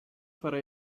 farà